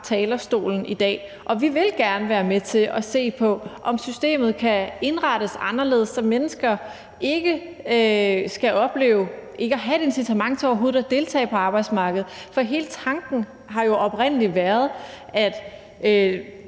talerstolen i dag. Og vi vil gerne være med til at se på, om systemet kan indrettes anderledes, så mennesker ikke skal opleve ikke at have et incitament til overhovedet at deltage på arbejdsmarkedet, for hele tanken har oprindelig været, at